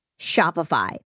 Shopify